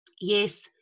yes